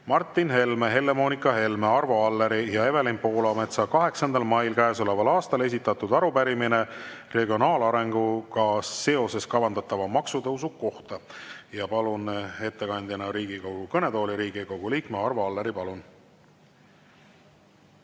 Martin Helme, Helle-Moonika Helme, Arvo Alleri ja Evelin Poolametsa 8. mail käesoleval aastal esitatud arupärimine regionaalarenguga seoses kavandatava maksutõusu kohta. Palun ettekandjana Riigikogu kõnetooli Riigikogu liikme Arvo Alleri. Palun!